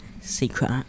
Secret